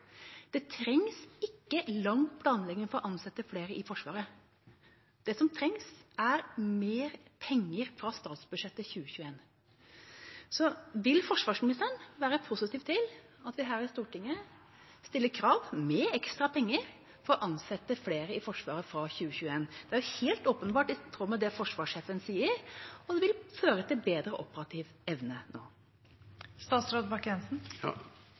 Det trengs ikke noen lang planlegging for å ansette flere i Forsvaret. Det som trengs, er mer penger på statsbudsjettet for 2021. Vil forsvarsministeren være positiv til at vi her i Stortinget stiller krav, mer ekstra penger, for å ansette flere i Forsvaret fra 2021? Det er helt åpenbart i tråd med det forsvarssjefen sier, og det vil føre til bedre operativ evne